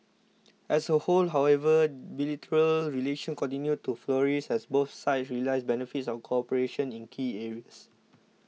as a whole however bilateral relations continued to flourish as both sides realise benefits of cooperation in key areas